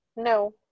no